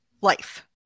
life